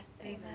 Amen